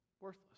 worthless